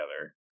together